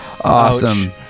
awesome